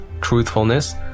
truthfulness